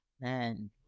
man